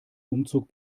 umzug